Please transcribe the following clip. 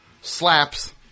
slaps